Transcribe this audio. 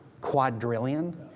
quadrillion